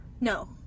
No